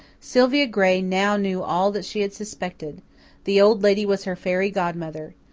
sylvia gray now knew all that she had suspected the old lady was her fairy godmother.